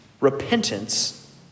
repentance